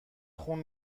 خون